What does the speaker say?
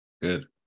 good